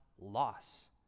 loss